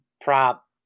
prop